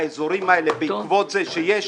האזורים האלה, בעקבות זה שיש